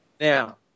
Now